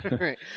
Right